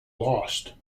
lost